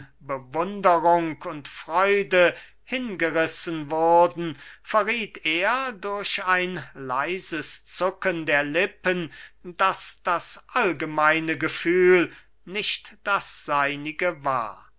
bewunderung und freude hingerissen wurden verrieth er durch ein leises zucken der lippen daß das allgemeine gefühl nicht das seinige war